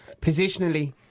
Positionally